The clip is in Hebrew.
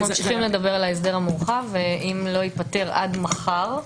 נמשיך לדבר על ההסדר המורחב ואם לא ייפתר עד מחר,